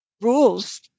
rules